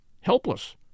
helpless